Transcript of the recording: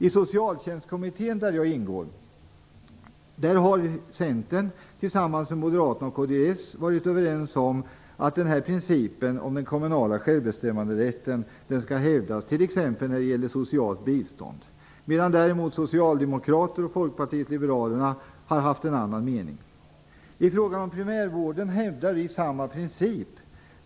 I Socialtjänstkommittén, där jag ingår, har Centern tillsammans med Moderaterna och kds varit överens om att den här principen om den kommunala självbestämmanderätten skall hävdas, t.ex. när det gäller socialt bistånd. Däremot har Socialdemokraterna och Folkpartiet liberalerna haft en annan mening. I frågan om primärvården hävdar vi samma princip.